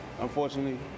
unfortunately